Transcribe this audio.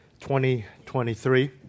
2023